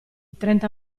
trenta